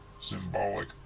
symbolic